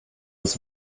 his